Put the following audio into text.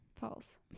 false